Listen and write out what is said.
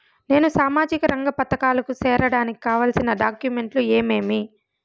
నేను సామాజిక రంగ పథకాలకు సేరడానికి కావాల్సిన డాక్యుమెంట్లు ఏమేమీ?